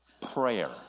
prayer